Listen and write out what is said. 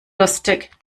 lustig